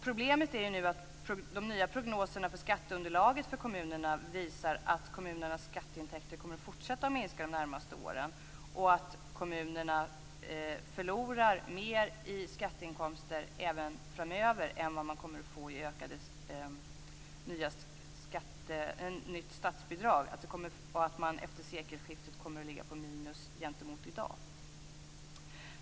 Problemet är nu att de nya prognoserna för skatteunderlaget för kommunerna visar att kommunernas skatteintäkter kommer att fortsätta att minska de närmaste åren och att kommunerna förlorar mer i skatteinkomster även framöver än vad de kommer att få i nya statsbidrag och att de efter sekelskiftet kommer att ligga på minus jämfört med i dag.